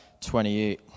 28